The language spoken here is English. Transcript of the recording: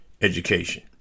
education